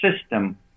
system